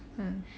hmm